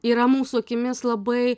yra mūsų akimis labai